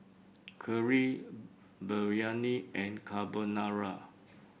Kheer Biryani and Carbonara